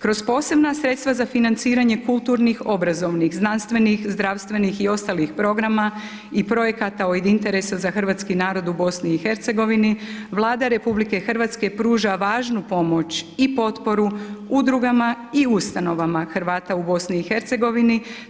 Kroz posebna sredstva za financiranje kulturnih, obrazovnih, znanstvenih, zdravstvenih i ostalih programa i projekata od interesa za Hrvatski narod u BIH, Vlada Republike Hrvatske pruža važnu pomoć i potporu udruga ustanovama Hrvata u BIH,